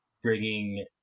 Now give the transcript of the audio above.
bringing